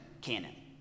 canon